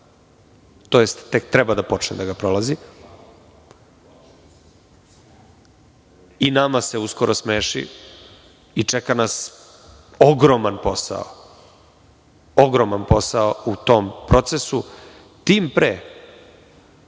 tj. tek treba da počne da ga prolazi. Nama se uskoro isto smeši i čeka nas ogroman posao, ogroman posao u tom procesu. Tim pre